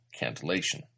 cantillation